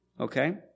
Okay